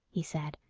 he said,